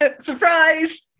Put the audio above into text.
Surprise